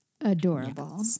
Adorable